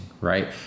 right